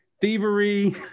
thievery